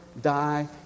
die